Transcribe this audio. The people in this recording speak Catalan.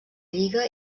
lliga